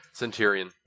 Centurion